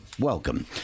welcome